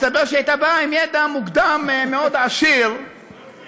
מסתבר שהיא הייתה באה עם ידע מוקדם מאוד עשיר ומפורט.